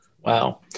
Wow